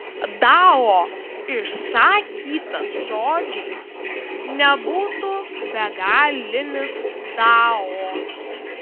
dao išsakytas žodžiais nebūtų begalinis dao